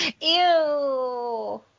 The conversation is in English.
ew